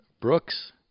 Brooks